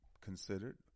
considered